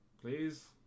Please